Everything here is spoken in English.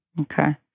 okay